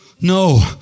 No